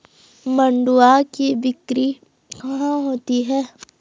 मंडुआ की बिक्री कहाँ होती है?